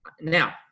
now